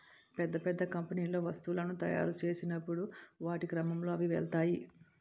పెద్ద పెద్ద కంపెనీల్లో వస్తువులను తాయురు చేసినప్పుడు వాటి క్రమంలో అవి వెళ్తాయి